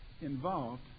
involved